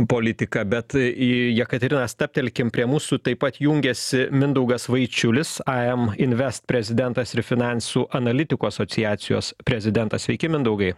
politika bet i jekaterina stabtelkim prie mūsų taip pat jungiasi mindaugas vaičiulis ai em invest prezidentas ir finansų analitikų asociacijos prezidentas sveiki mindaugai